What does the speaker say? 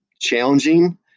challenging